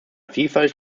vielfalt